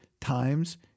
times